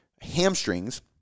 hamstrings